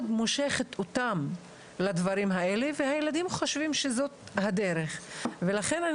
מושכת אותם לדברים האלה והילדים חושבים שזאת הדרך ולכן אני